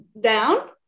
down